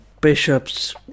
bishop's